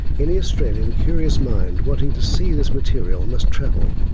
any australian curious mind wanting to see this material and must travel,